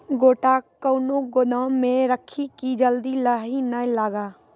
गोटा कैनो गोदाम मे रखी की जल्दी लाही नए लगा?